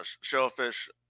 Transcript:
shellfish